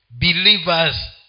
believers